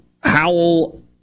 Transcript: Howell